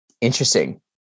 Interesting